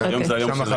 היום זה היום של איילים.